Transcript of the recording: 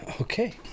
okay